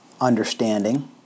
understanding